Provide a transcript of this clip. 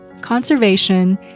conservation